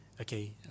okay